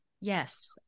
Yes